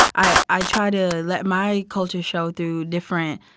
i i try to let my culture show through different,